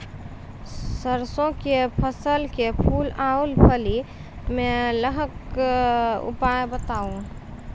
सरसों के फसल के फूल आ फली मे लाहीक के उपाय बताऊ?